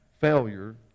Failure